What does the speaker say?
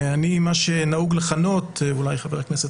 ואני מה שנהוג לכנות ואולי חבר הכנסת